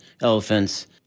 elephants